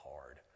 hard